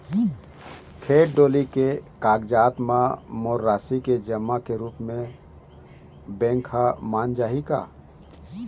खेत डोली के कागजात म मोर राशि के जमा के रूप म बैंक हर मान जाही का?